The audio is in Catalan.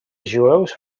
jueus